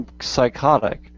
psychotic